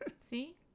See